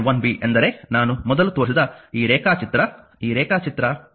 1 b ಎಂದರೆ ನಾನು ಮೊದಲು ತೋರಿಸಿದ ಈ ರೇಖಾಚಿತ್ರ ಈ ರೇಖಾಚಿತ್ರ 2